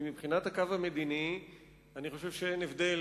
כי מבחינת הקו המדיני אני חושב שאין הבדל